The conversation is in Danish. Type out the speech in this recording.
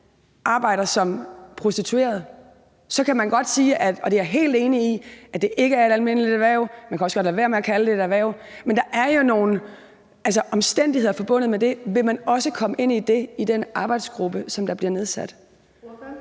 arbejder som prostitueret? Så kan man godt sige, og det er jeg helt enig i, at det ikke er et almindeligt erhverv. Man kan også godt lade være med at kalde det et erhverv, men der er jo altså nogle omstændigheder forbundet med det. Vil man også komme ind på det i den arbejdsgruppe, som bliver nedsat?